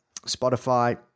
Spotify